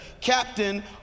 captain